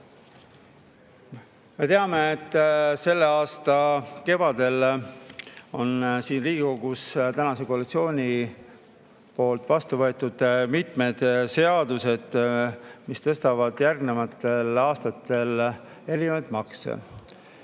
Me teame, et selle aasta kevadel on siin Riigikogus praegune koalitsioon vastu võtnud mitu seadust, mis tõstavad järgnevatel aastatel erinevaid makse.